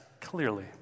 clearly